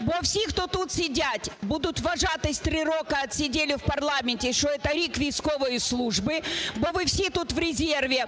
бо всі, хто тут сидять, будуть вважатися три роки відсиділи в парламенті і що це рік військової служби, бо ви всі тут в резерві.